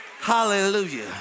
Hallelujah